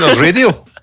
radio